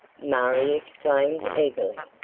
marie exclaimed eagerly.